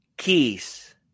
Keys